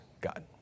God